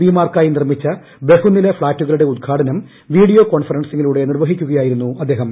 P മാർക്കായി നിർമിച്ച ബഹുനില ഫ്ളാറ്റുകളുടെ ഉദ്ഘാടനം വീഡിയോ കോൺഫറൻസിലൂടെ നിർവഹിക്കുകയായിരുന്നു അദ്ദേഹം